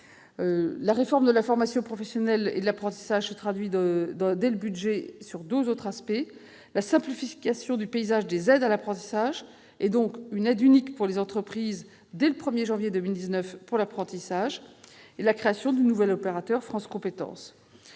La réforme de la formation professionnelle et de l'apprentissage se traduit dès le budget sur deux autres aspects : la simplification du paysage des aides à l'apprentissage, et donc une aide unique pour les entreprises dès le 1janvier 2019 pour l'apprentissage, et la création du nouvel opérateur France compétences.